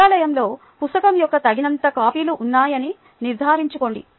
గ్రంథాలయంలో పుస్తకం యొక్క తగినంత కాపీలు ఉన్నాయని నిర్ధారించుకోండి